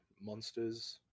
monsters